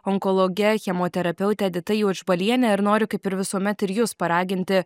onkologe chemoterapeute edita juodžbaliene ir noriu kaip ir visuomet ir jus paraginti